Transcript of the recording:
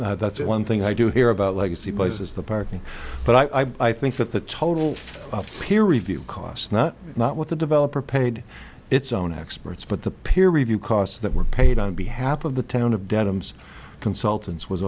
works that's one thing i do hear about legacy places the parking but i think that the total peer review costs not not what the developer paid its own experts but the peer review costs that were paid on behalf of the town of denham's consultants was